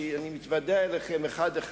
שאני מתוודע אליכם אחד אחד,